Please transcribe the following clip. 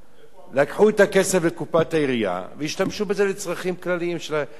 לקחו את הכסף לקופת העירייה והשתמשו בזה לצרכים כלליים של העירייה,